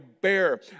bear